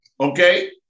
Okay